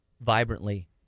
vibrantly